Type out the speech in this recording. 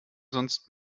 sonst